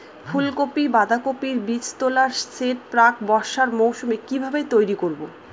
ফুলকপি বাধাকপির বীজতলার সেট প্রাক বর্ষার মৌসুমে কিভাবে তৈরি করব?